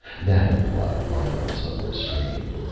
that implied violence unrestrained.